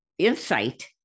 insight